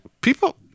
people